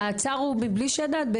המעצר הוא מבלי שידעת?